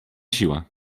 siła